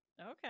Okay